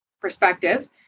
perspective